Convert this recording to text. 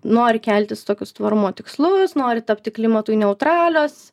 nori keltis tokius tvarumo tikslus nori tapti klimatui neutralios